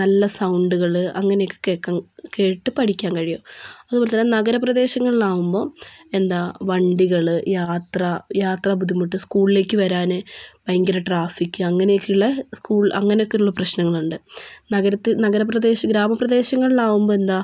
നല്ല സൗണ്ടുകൾ അങ്ങനെയൊക്കെ കേൾക്കാൻ കേട്ടു പഠിക്കാൻ കഴിയും അതുപോലെതന്നെ നഗര പ്രദേശങ്ങളാകുമ്പം എന്താ വണ്ടികൾ യാത്ര യാത്രാബുദ്ധിമുട്ട് സ്കൂളിലേക്ക് വരാൻ ഭയങ്കര ട്രാഫിക്ക് അങ്ങനെയൊക്കെയുള്ള സ്കൂൾ അങ്ങനെയൊക്കെയുള്ള പ്രശ്നങ്ങളുണ്ട് നഗരത്തിൽ നഗരപ്രദേശം ഗ്രാമ പ്രദേശങ്ങളിലാവുമ്പോൾ എന്താ